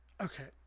Okay